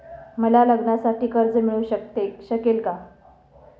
मला लग्नासाठी कर्ज मिळू शकेल का?